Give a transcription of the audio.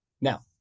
Now